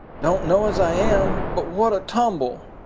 don't know as i am. but what a tumble!